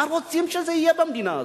מה רוצים שיהיה במדינה הזאת?